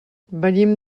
venim